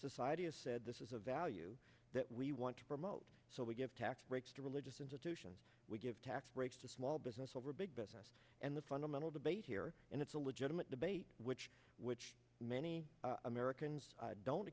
society has said this is a value that we want to promote so we give tax breaks to religious institutions we give tax breaks to small business over big business and the fundamental debate here and it's a legitimate debate which which many americans don't